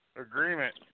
agreement